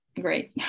Great